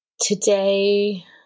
Today